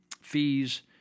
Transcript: fees